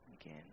again